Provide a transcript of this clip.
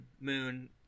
Moon